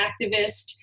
activist